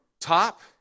top